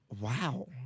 Wow